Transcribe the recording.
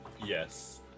Yes